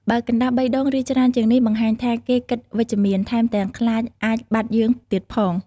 បើកណ្តាស់បីដងឬច្រើនជាងនេះ បង្ហាញថា គេគិតវិជ្ជមាន ថែមទាំងខ្លាចអាចបាត់យើងទៀតផង!